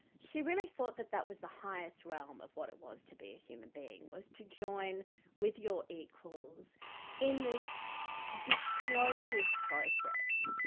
she really thought that that was the highest realm of what it was to be a human being, was to join with your equals in this disclosive process.